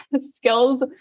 skills